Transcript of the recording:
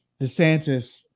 DeSantis